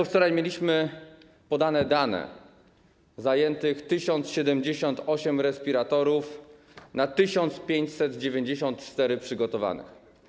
Wczoraj mieliśmy podane dane: zajętych 1078 respiratorów na 1594 przygotowanych.